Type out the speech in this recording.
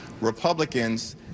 republicans